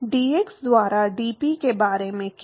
dx द्वारा DP के बारे में क्या